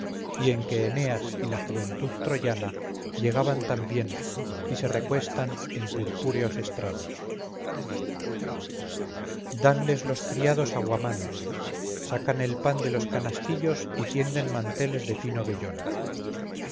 y en que eneas y la juventud troyana llegaban también y se recuestan en purpúreos estrados danles los criados aguamanos sacan el pan de los canastillos y tienden manteles de fino vellón